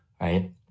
right